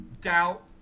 doubt